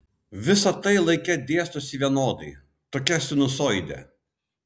visa tai laike dėstosi vienodai tokia sinusoide